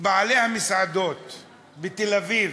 בעלי המסעדות בתל-אביב,